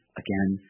again